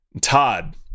Todd